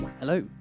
Hello